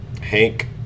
Hank